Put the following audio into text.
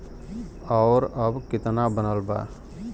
और अब कितना बनल बा?